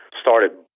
started